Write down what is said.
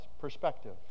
perspective